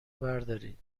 بردارید